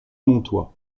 montois